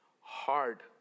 hard